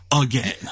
again